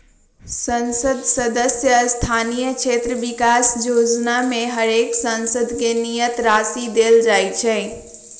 संसद सदस्य स्थानीय क्षेत्र विकास जोजना में हरेक सांसद के नियत राशि देल जाइ छइ